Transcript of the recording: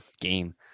game